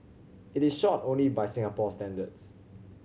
it is short only by Singapore standards